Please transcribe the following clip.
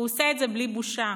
הוא עושה את זה בלי בושה,